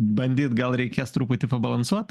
bandyt gal reikės truputį pabalansuot